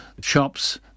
shops